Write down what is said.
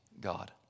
God